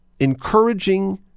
encouraging